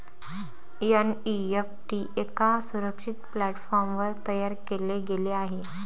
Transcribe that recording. NEFT एका सुरक्षित प्लॅटफॉर्मवर तयार केले गेले आहे